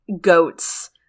goats